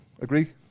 agree